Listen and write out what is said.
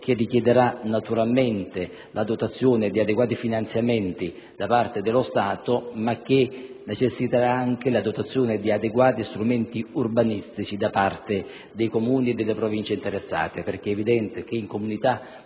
che richiederà naturalmente la dotazione di adeguati finanziamenti da parte dello Stato, ma che necessiterà anche la dotazione di adeguati strumenti urbanistici da parte dei Comuni e delle Province interessate. È evidente, infatti, che in Comunità